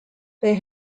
they